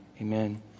Amen